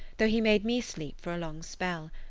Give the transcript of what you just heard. though he made me sleep for a long spell.